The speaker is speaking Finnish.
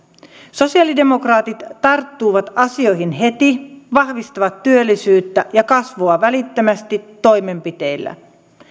sosialidemokraatit tarttuvat asioihin heti vahvistavat työllisyyttä ja kasvua välittömästi toimenpiteillä